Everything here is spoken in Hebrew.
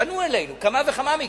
פנו אלינו על כמה וכמה מקרים.